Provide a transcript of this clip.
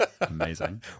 amazing